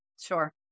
Sure